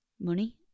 money